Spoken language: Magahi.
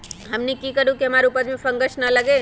हमनी की करू की हमार उपज में फंगस ना लगे?